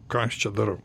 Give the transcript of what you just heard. ką aš čia darau